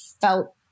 felt